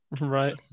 Right